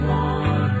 one